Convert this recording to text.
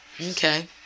okay